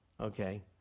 okay